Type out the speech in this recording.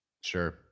Sure